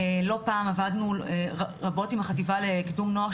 לא פעם עבדנו רבות עם החטיבה לקידום נוער,